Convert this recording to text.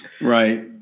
Right